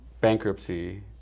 bankruptcy